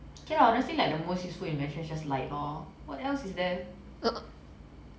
okay lah honestly like the most useful invention is just light loh what else is there